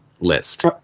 list